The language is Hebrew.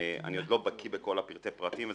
אני עוד לא בקי בכל פרטי הפרטים,